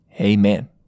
Amen